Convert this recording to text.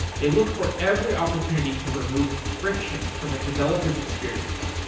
they look for every opportunity to remove friction from a developer s experience.